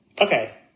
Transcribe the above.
okay